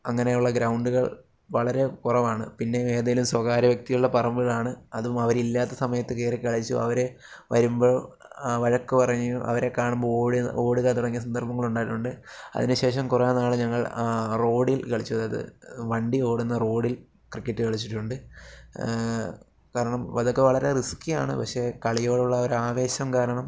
അങ്ങനെയുള്ള ഗ്രൗണ്ടുകൾ വളരെ കുറവാണ് പിന്നെ ഏതെങ്കിലും സ്വകാര്യവ്യക്തികളുടെ പറമ്പിലാണ് അതും അവരില്ലാത്ത സമയത്ത് കയറി കളിച്ചും അവരെ വരുമ്പോൾ വഴക്കു പറയും അവരെ കാണുമ്പോൾ ഓടി ഓടുക തുടങ്ങിയ സന്ദർഭങ്ങളുണ്ടായിട്ടുണ്ട് അതിനുശേഷം കുറെ നാൾ ഞങ്ങൾ റോഡിൽ കളിച്ചു അതായത് വണ്ടി ഓടുന്ന റോഡിൽ ക്രിക്കറ്റ് കളിച്ചിട്ടുണ്ട് കാരണം അതൊക്കെ വളരെ റിസ്കിയാണ് പക്ഷേ കളിയോടുള്ള ഒരാവേശം കാരണം